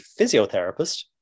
physiotherapist